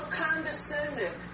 condescending